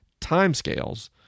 timescales